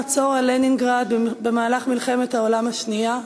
המצור על לנינגרד במלחמת העולם השנייה,